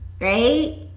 Right